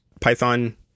Python